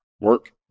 Work